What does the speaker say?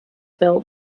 built